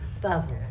Bubbles